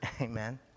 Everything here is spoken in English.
Amen